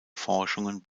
forschungen